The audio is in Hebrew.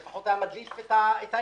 לפחות היה מדליף את האמת.